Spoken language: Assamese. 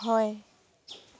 হয়